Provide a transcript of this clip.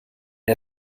der